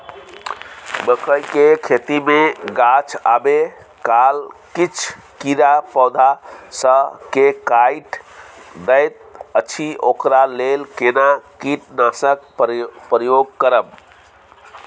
मकई के खेती मे गाछ आबै काल किछ कीरा पौधा स के काइट दैत अछि ओकरा लेल केना कीटनासक प्रयोग करब?